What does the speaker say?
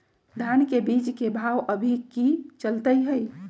धान के बीज के भाव अभी की चलतई हई?